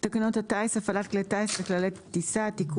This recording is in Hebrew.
תקנות הטיס (הפעלת כלי טיס וכללי טיסה)(תיקון),